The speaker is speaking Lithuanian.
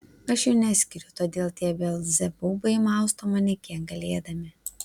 aš jų neskiriu todėl tie belzebubai mausto mane kiek galėdami